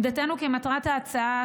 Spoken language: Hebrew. עמדתנו כי מטרת ההצעה,